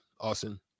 Austin